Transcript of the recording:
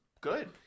good